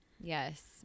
Yes